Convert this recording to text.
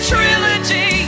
Trilogy